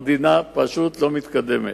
המדינה פשוט לא מתקדמת.